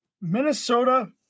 Minnesota